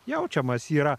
jaučiamas yra